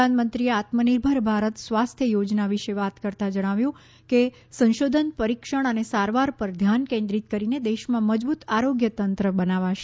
પ્રધાનમંત્રીએ આત્મનિર્ભર ભારત સ્વાસ્થ્ય યોજના વિશે વાત કરતાં શ્રી મોદીએ કહ્યું કે સંશોધન પરીક્ષણ અને સારવાર પર ધ્યાન કેન્દ્રિત કરીને દેશમાં મજબૂત આરોગ્ય તંત્ર બનાવશે